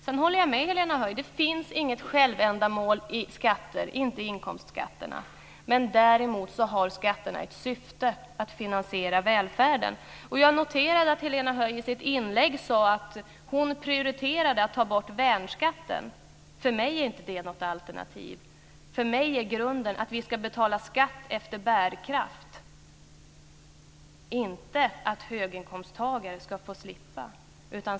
Jag håller med Helena Höij att det inte finns något självändamål i inkomstskatterna, men däremot har skatterna ett syfte att finansiera välfärden. Jag noterar att Helena Höij i sitt inlägg sade att hon prioriterade att ta bort värnskatten. För mig är det inte något alternativ. För mig är grunden att vi ska betala skatt efter bärkraft, inte att höginkomsttagare ska få slippa.